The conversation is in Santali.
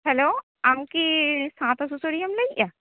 ᱦᱮᱞᱳ ᱟᱢᱠᱤ ᱥᱟᱶᱛᱟ ᱥᱩᱥᱟᱹᱨᱤᱭᱟᱹᱢ ᱞᱟᱹᱭᱮᱜᱼᱟ